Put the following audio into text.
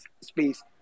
space